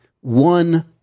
one